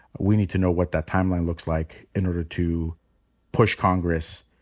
we need to know what that timeline looks like in order to push congress,